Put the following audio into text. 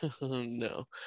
no